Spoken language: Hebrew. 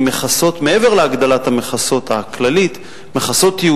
שעון לוי היה